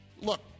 Look